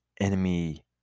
enemy